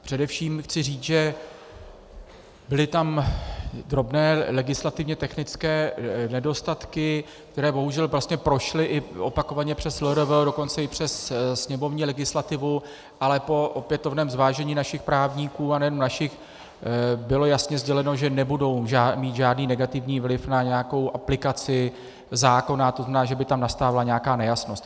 Především chci říct, že byly tam drobné legislativně technické nedostatky, které bohužel prošly i opakovaně přes LRV, a dokonce i přes sněmovní legislativu, ale po opětovném zvážení našich právníků, a nejen našich, bylo jasně sděleno, že nebudou mít žádný negativní vliv na nějakou aplikaci zákona, to znamená, že by tam nastávala nějaká nejasnost.